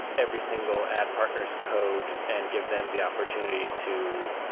every single ad partner s code and give them the opportunity to